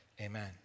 amen